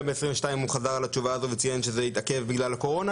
וגם ב-2022 הוא חזר על התשובה הזו וציין שזה התעכב בגלל הקורונה.